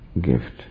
gift